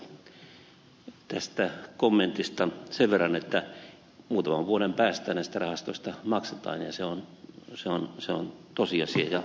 asko seljavaaralle tästä kommentista sen verran että muutaman vuoden päästä näistä rahastoista maksetaan ja se on tosiasia ja fakta